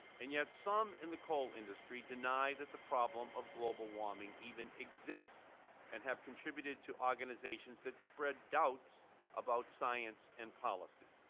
and yet some in the coal industry deny that the problem of global warming even exists and have contributed to organizations that spread doubts about science and policy.